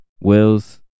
Will's